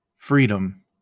Freedom